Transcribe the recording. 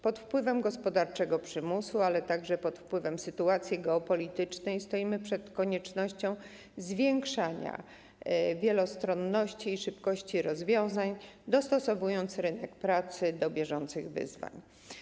Pod wpływem gospodarczego przymusu, ale także pod wpływem sytuacji geopolitycznej stoimy przed koniecznością zwiększania wielostronności i szybkości rozwiązań, dostosowując rynek pracy do bieżących wyzwań.